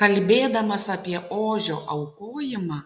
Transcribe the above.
kalbėdamas apie ožio aukojimą